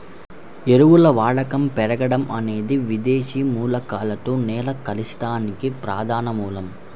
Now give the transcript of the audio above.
ఎరువుల వాడకం పెరగడం అనేది విదేశీ మూలకాలతో నేల కలుషితానికి ప్రధాన మూలం